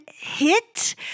hit